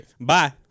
Bye